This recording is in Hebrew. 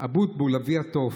אבוטבול, אבי התוף,